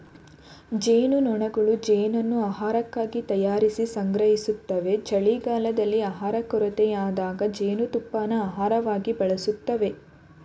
ಜೇನ್ನೊಣಗಳು ಜೇನನ್ನು ಆಹಾರಕ್ಕಾಗಿ ತಯಾರಿಸಿ ಸಂಗ್ರಹಿಸ್ತವೆ ಚಳಿಗಾಲದಲ್ಲಿ ಆಹಾರ ಕೊರತೆಯಾದಾಗ ಜೇನುತುಪ್ಪನ ಆಹಾರವಾಗಿ ಬಳಸ್ತವೆ